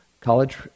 college